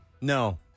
no